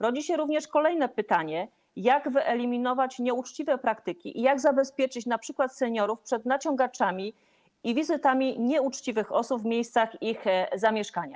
Rodzi się kolejne pytanie: Jak wyeliminować nieuczciwe praktyki i jak zabezpieczyć np. seniorów przed naciągaczami i wizytami nieuczciwych osób w miejscach ich zamieszkania?